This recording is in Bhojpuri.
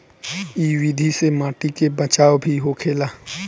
इ विधि से माटी के बचाव भी होखेला